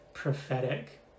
Prophetic